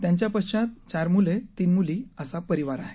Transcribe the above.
त्यांच्या पश्चात चार मूले तीन मूली असा परिवार आहे